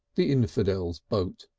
the infidel's, boat,